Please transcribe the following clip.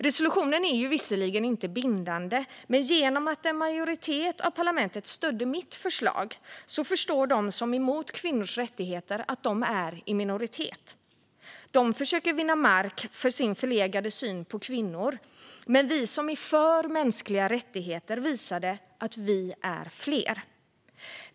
Resolutionen är visserligen inte bindande, men genom att en majoritet i parlamentet stödde mitt förslag förstod de som är emot kvinnors rättigheter att de är i minoritet. De försökte vinna mark för sin förlegade syn på kvinnor, men vi som är för mänskliga rättigheter visade att vi är fler.